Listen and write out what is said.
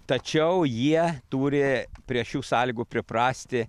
tačiau jie turi prie šių sąlygų priprasti